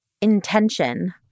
intention